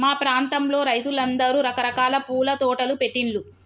మా ప్రాంతంలో రైతులందరూ రకరకాల పూల తోటలు పెట్టిన్లు